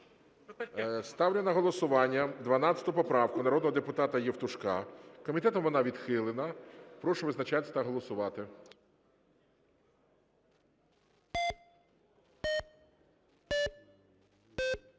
Ставлю на голосування 12 поправку народного депутата Євтушка. Комітетом вона відхилена. Прошу визначатись та голосувати.